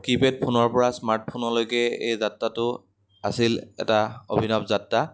keypad ফোনৰ পৰা স্মাৰ্টফোনলৈকে এই যাত্ৰাটো আছিল এটা অভিনৱ যাত্ৰা